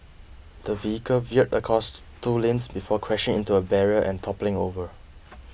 the vehicle veered a costs two lanes before crashing into a barrier and toppling over